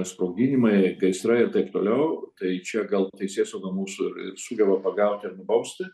sprogdinimai gaisrai ir taip toliau tai čia gal teisėsauga mūsų ir sugeba pagauti ir nubausti